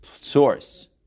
source